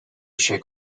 shake